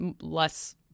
less